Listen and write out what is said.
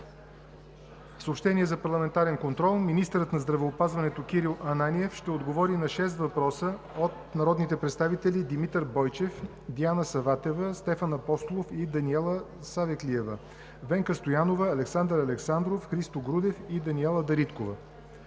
контрол за 1 март 2019 г., петък: 1. Министърът на здравеопазването Кирил Ананиев ще отговори на шест въпроса от народните представители Димитър Бойчев и Диана Саватева; Стефан Апостолов и Даниела Савеклиева; Венка Стоянова; Александър Александров; Христо Грудев; и Даниела Дариткова.